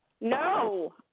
No